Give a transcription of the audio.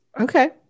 Okay